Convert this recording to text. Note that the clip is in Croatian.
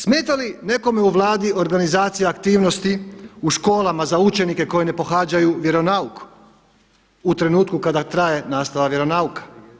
Smeta li nekome u Vladi organizacija aktivnosti u školama za učenike koji ne pohađaju vjeronauk u trenutku kada traje nastava vjeronauka?